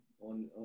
on